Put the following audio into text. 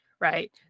right